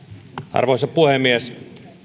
arvoisa puhemies